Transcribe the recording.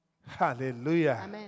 Hallelujah